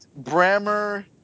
Brammer